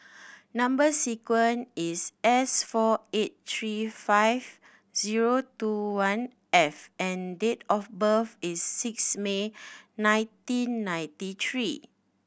number sequence is S four eight three five zero two one F and date of birth is six May nineteen ninety three